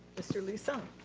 mr. lee-sung,